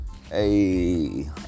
Hey